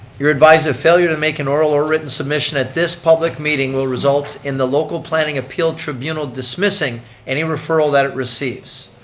you're advised that failure to make an oral or written submission at this public meeting will result in the local planning appeal tribunal dismissing any referral that it receives.